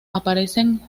aparecen